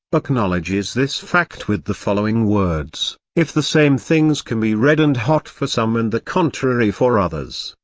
acknowledges this fact with the following words if the same things can be red and hot for some and the contrary for others,